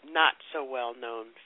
not-so-well-known